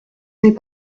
n’est